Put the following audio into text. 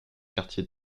quartiers